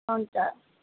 हुन्छ